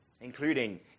including